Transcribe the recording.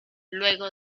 luego